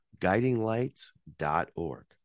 guidinglights.org